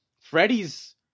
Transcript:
freddy's